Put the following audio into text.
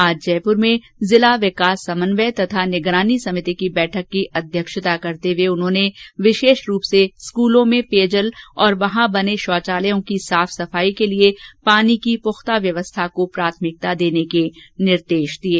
आज जयपुर में जिला विकास समन्वय तथा निगरानी समिति की बैठक की अध्यक्षता करते हुए उन्होंने विशेष रूप से विद्यालयों में पेयजल और वहां बने शौचालयों की साफ सफाई केलिए पानी की पुख्ता व्यवस्था को प्राथमिकता देने के निर्देश दिये